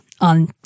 on